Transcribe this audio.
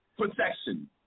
Protection